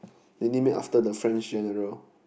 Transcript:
they name it after the French general